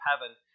heaven